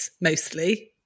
mostly